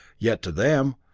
yet to them,